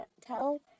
Tell